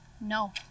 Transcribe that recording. No